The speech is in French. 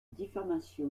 diffamation